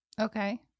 okay